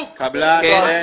קבלן.